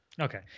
Okay